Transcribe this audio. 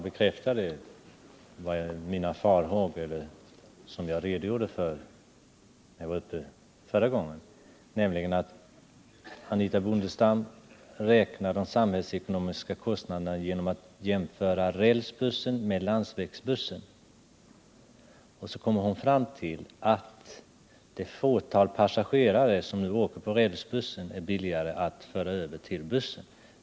Herr talman! De farhågör som jag gav uttryck för i mitt förra anförande har besannats. Anitha Bondestam räknar de samhällsekonomiska kostnaderna genom att jämföra rälsbussen med landsvägsbussen, och så kommer hon fram till att det blir billigare att med landsvägsbuss transportera det fåtal passagerare som nu åker med rälsbuss.